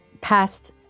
past